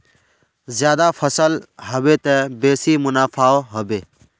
ज्यादा फसल ह बे त बेसी मुनाफाओ ह बे